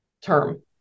term